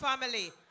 family